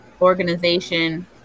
organization